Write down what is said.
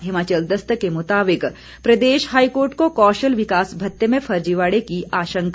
हिमाचल दस्तक के मुताबिक प्रदेश हाईकोर्ट को कौशल विकास भत्ते में फर्जीवाड़े की आशंका